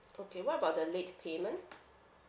okay what about the late payment